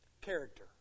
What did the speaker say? Character